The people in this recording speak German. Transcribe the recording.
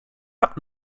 hat